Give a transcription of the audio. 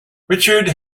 richard